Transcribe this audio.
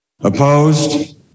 Opposed